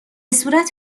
صورت